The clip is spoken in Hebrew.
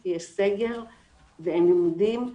כי יש סגר ואין לימודים,